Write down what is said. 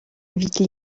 invite